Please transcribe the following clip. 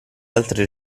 altri